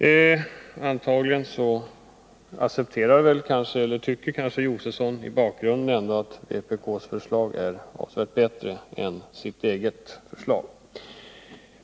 I grunden tycker antagligen Stig Josefson att vpk:s förslag är avsevärt bättre än regeringsförslaget.